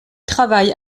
travaille